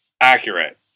accurate